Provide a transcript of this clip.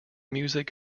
music